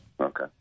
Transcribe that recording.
Okay